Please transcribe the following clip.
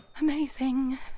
Amazing